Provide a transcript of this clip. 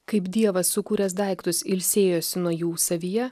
kaip dievas sukūręs daiktus ilsėjosi nuo jų savyje